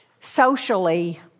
socially